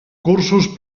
cursos